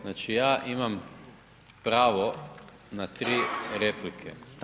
Znači ja imam pravo na tri replike.